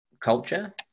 culture